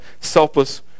selfless